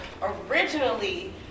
Originally